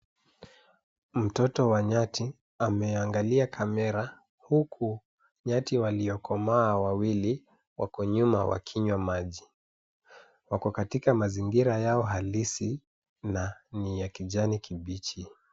Mtoto wa nyati ameangalia kamera huku nyati waliokomaa wawili wako nyuma wakinywa maji. Wako katika mazingira yao halisi na ni ya kijani kibichi.